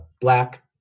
black